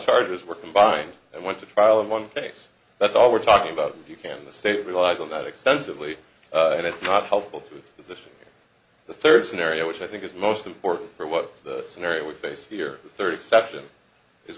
charges were combined and went to trial in one case that's all we're talking about you can the state relies on that extensively and it's not helpful to its position the third scenario which i think is most important for what the scenario we face here thirty exception is